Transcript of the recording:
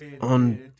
on